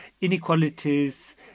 inequalities